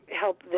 help